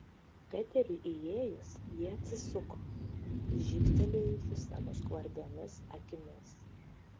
peteriui įėjus ji atsisuko žybtelėjusi savo skvarbiomis akimis